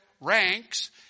ranks